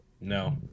no